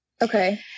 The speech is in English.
Okay